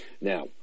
Now